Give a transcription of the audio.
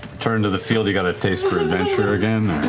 return to the field, you got a taste for adventure again?